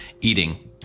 eating